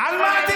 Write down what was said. על מה,